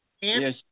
Yes